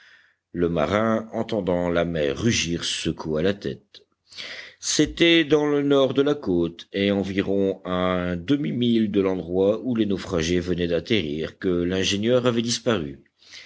le marin entendant la mer mugir secoua la tête c'était dans le nord de la côte et environ à un demi-mille de l'endroit où les naufragés venaient d'atterrir que l'ingénieur avait disparu